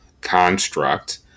construct